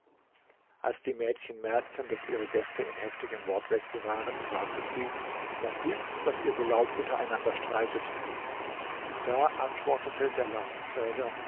als die mädchen merkten daß ihre gäste in heftigem wortwechsel waren fragten sie was gibt's daß ihr so laut untereinander streitet da antwortete der